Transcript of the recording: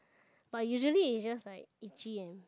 but usually is just like itchy